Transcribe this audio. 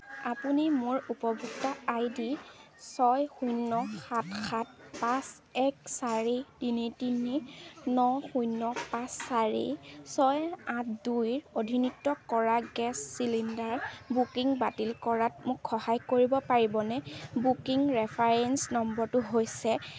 আপুনি মোৰ উপভোক্তা আই ডি ছয় শূন্য সাত সাত পাঁচ এক চাৰি তিনি তিনি ন শূন্য পাঁচ চাৰি ছয় আঠ দুইৰ অধীনিত্ব কৰা গেছ চিলিণ্ডাৰ বুকিং বাতিল কৰাত মোক সহায় কৰিব পাৰিবনে বুকিং ৰেফাৰেঞ্চ নম্বৰটো হৈছে